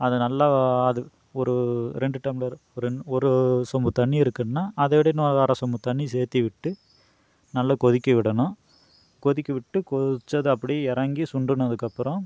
அது நல்லா அது ஒரு ரெண்டு டம்ப்ளர் ஒரு ரெண் ஒரு சொம்பு தண்ணி இருக்குதுன்னா அதை விட இன்னும் அர சொம்பு தண்ணி சேத்தி விட்டு நல்லா கொதிக்க விடணும் கொதிக்க விட்டு கொதிச்சது அப்பிடி எறங்கி சுண்டுனதுக்கப்புறோம்